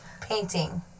Painting